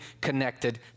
connected